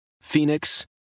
Phoenix